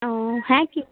ও হ্যাঁ কী